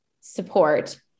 support